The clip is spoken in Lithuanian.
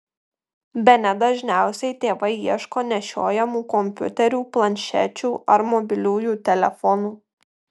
bene dažniausiai tėvai ieško nešiojamų kompiuterių planšečių ar mobiliųjų telefonų